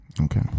Okay